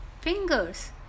fingers